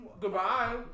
Goodbye